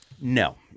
No